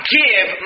give